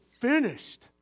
finished